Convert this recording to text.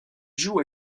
joue